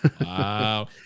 Wow